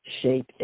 shape